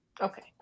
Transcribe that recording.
Okay